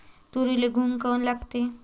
तुरीले घुंग काऊन लागते?